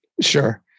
Sure